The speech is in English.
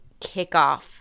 kickoff